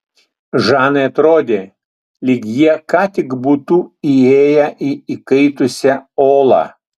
žanai atrodė lyg jie ką tik būtų įėję į įkaitusią olą